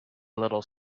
little